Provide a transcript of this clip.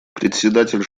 председатель